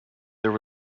there